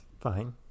fine